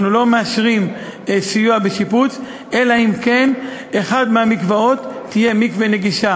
אנחנו לא מאשרים סיוע בשיפוץ אלא אם כן אחד מהמקוואות יהיה מקווה נגיש.